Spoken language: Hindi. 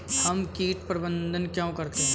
हम कीट प्रबंधन क्यों करते हैं?